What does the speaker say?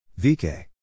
VK